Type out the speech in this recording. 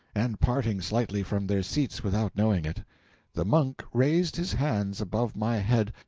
and parting slightly from their seats without knowing it the monk raised his hands above my head,